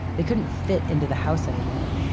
they couldn't fit into the house anymore.